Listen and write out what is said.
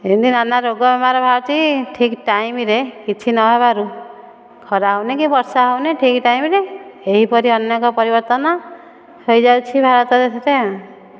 ଏମିତି ନାନା ରୋଗ ବେମାର ବାହାରୁଛି ଠିକ ଟାଇମ୍ରେ କିଛି ନ ହେବାରୁ ଖରା ହେଉନି କି ବର୍ଷା ହେଉନି ଠିକ ଟାଇମ୍ରେ ଏହିପରି ଅନେକ ପରିବର୍ତ୍ତନ ହୋଇଯାଉଛି ଭାରତ ଭିତରେ ଆଉ